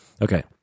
Okay